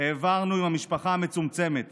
העברנו עם המשפחה המצומצמת